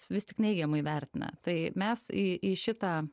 vis tik neigiamai vertina tai mes į į šitą